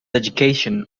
education